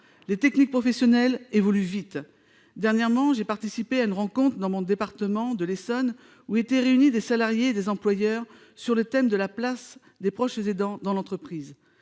les techniques professionnelles évoluent vite. J'ai récemment participé à une rencontre dans mon département de l'Essonne avec des salariés et des employeurs sur le thème de la place des proches aidants dans l'entreprise.